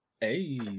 hey